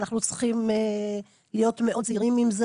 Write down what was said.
אנחנו צריכים להיות מאוד זהירים עם זה